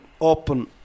open